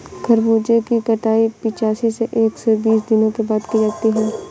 खरबूजे की कटाई पिचासी से एक सो बीस दिनों के बाद की जाती है